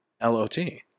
l-o-t